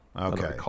Okay